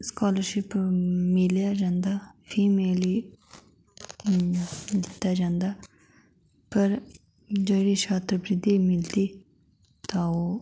scholarship मिलेआ जंदा female गी दित्ता जंदा पर जेह्ड़ी छात्रवृत्ति मिलदी तां ओह्